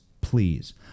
please